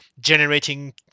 generating